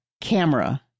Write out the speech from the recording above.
Camera